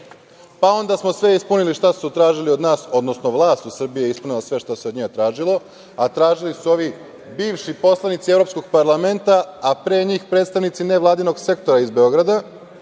pa onda smo sve ispunili šta su tražili od nas, odnosno vlast u Srbiji je ispunila sve što se od nje tražilo, a tražili su ovi bivši poslanici Evropskog parlamenta, a pre njih predstavnici nevladinog sektora iz Beograda.